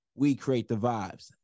WeCreateTheVibes